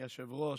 אדוני היושב-ראש,